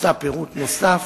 רוצה פירוט נוסף,